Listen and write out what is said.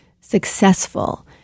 successful